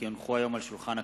כי הונחו היום על שולחן הכנסת,